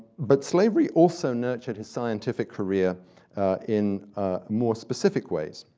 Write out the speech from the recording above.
but slavery also nurtured his scientific career in more specific ways.